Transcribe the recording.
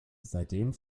seitdem